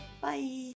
Bye